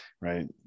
right